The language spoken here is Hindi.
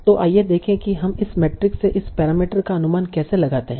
तो आइए देखें कि हम इस मैट्रिक्स से इस पैरामीटर का अनुमान कैसे लगाते हैं